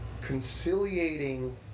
conciliating